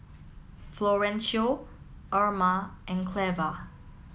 Florencio Erma and Cleva